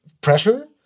pressure